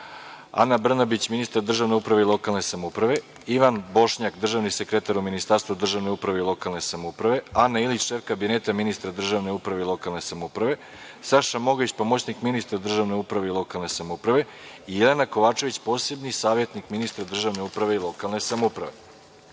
Ana Brnabić, ministar državne uprave i lokalne samouprave, Ivan Bošnjak, državni sekretar u Ministarstvu državne uprave i lokalne samouprave, Ana Ilić, šef kabineta ministra državne uprave i lokalne samouprave, Saša Mogić, pomoćnik ministra državne uprave i lokalne samouprave i Jelena Kovačević, posebni savetnik ministra državne uprave i lokalne samouprave. Prelazimo